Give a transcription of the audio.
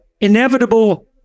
inevitable